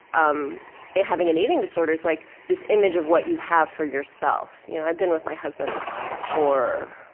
um having an eating disorder is like, this image of what you have for yourself. you know, i've been with my husband for,